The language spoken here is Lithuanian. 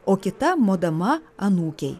o kita modama anūkei